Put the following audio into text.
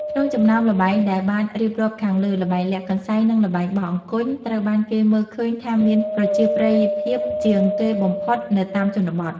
ក្នុងចំណោមល្បែងដែលបានរៀបរាប់ខាងលើ ល្បែងលាក់កន្សែង និង ល្បែងបោះអង្គញ់ ត្រូវបានគេមើលឃើញថាមានប្រជាប្រិយភាពជាងគេបំផុតនៅតាមជនបទ ។